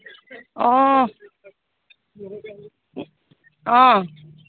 অঁ অঁ